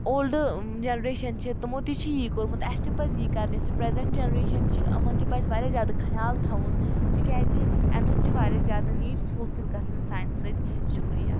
old generation چھِ تِمو تہِ چھِ یی کوٚرمُت اَسہِ تہِ پَزِ یہِ کَرنَس یہِ پرٛزَنٛٹ جَنریشَن چھِ یِمَن تہِ پَزِ واریاہ زیادٕ خیال تھاوُن تِکیازِ اَمہِ سۭتۍ چھِ واریاہ زیادٕ نیٖڈٕس فُلفِل گژھان سانہِ سۭتۍ شُکریہ